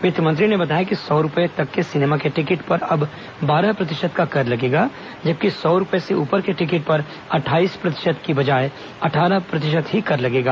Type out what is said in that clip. वित्त मंत्री ने बताया कि सौ रुपये तक के सिनेमा के टिकट पर अब बारह प्रतिशत का कर लगेगा जबकि सौ रुपये से ऊपर के टिकट पर अट्ठाईस प्रतिशत की बजाय अट्ठारह प्रतिशत ही कर लगेगा